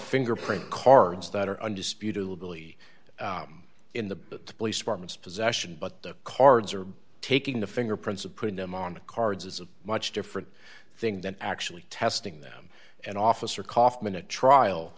fingerprint cards that are undisputedly in the police departments possession but the cards are taking the fingerprints of putting them on the cards is a much different thing than actually testing them and officer kaufman a trial